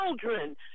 children